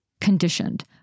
conditioned